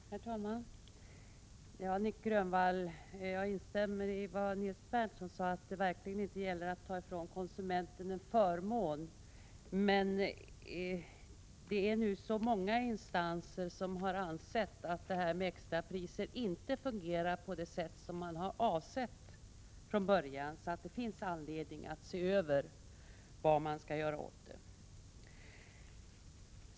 Herr talman! Ja, Nic Grönvall, jag instämmer i vad Nils Berndtson sade, att det verkligen inte gäller att ta ifrån konsumenterna en förmån. Så många instanser har emellertid nu ansett att detta med extrapriser inte fungerar på det sätt som man avsett från början, att det finns anledning att undersöka vad man skall göra åt det.